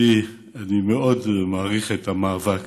שלי, שאני מאוד מעריך את המאבק